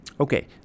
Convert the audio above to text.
Okay